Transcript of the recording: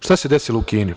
Šta se desilo u Kini?